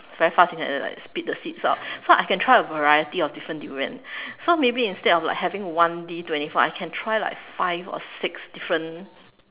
very fast and then like like spit the seeds out so I can try a variety of different durian so maybe instead of like having one D twenty four I can try like five or six different